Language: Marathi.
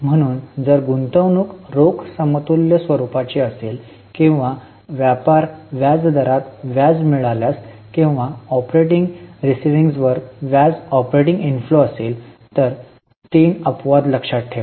म्हणून जर गुंतवणूक रोख समतुल्य स्वरूपाची असेल किंवा व्यापार व्याज दरात व्याज मिळाल्यास किंवा ऑपरेटिंग रिसीव्हिंग्जवर व्याज ऑपरेटिंग इनफ्लो असेल तर तीन अपवाद लक्षात ठेवा